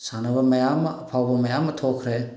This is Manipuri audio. ꯁꯥꯟꯅꯕ ꯃꯌꯥꯝ ꯑꯃ ꯑꯐꯥꯎꯕ ꯃꯌꯥꯝ ꯑꯃ ꯊꯣꯛꯈ꯭ꯔꯦ